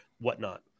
whatnot